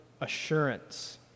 assurance